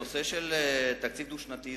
הנושא של תקציב דו-שנתי,